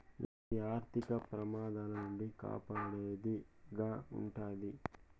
ఇది ఆర్థిక ప్రమాదాల నుండి కాపాడేది గా ఉంటది